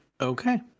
Okay